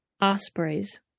ospreys